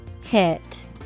Hit